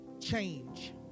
change